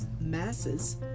masses